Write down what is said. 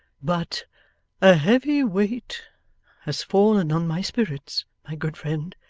but a heavy weight has fallen on my spirits, my good friend,